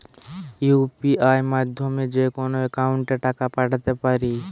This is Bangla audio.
ইউ.পি.আই মাধ্যমে যেকোনো একাউন্টে টাকা পাঠাতে পারি?